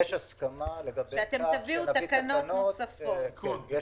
מאוד חשוב לנו להודיע לוועדה שיש לקונה כזאת.